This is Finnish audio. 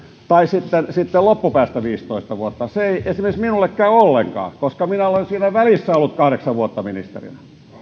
tai sitten loppupäästä viisitoista vuotta se ei esimerkiksi minulle käy ollenkaan koska minä olen siinä välissä ollut kahdeksan vuotta ministerinä